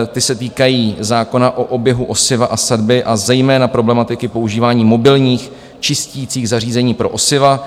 Ty se týkají zákona o oběhu osiva a sadby a zejména problematiky používání mobilních čisticích zařízení pro osiva.